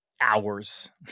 hours